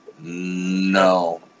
No